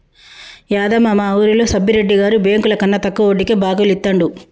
యాదమ్మ, మా వూరిలో సబ్బిరెడ్డి గారు బెంకులకన్నా తక్కువ వడ్డీకే బాకీలు ఇత్తండు